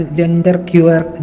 gender-cure